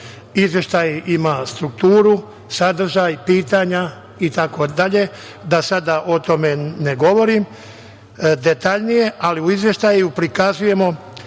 Izveštaj ima strukturu, sadržaj, pitanja itd, da sada o tome ne govorim detaljnije, ali u izveštaju prikazujemo